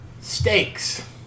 Steaks